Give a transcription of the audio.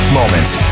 moments